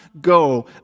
go